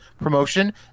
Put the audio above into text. promotion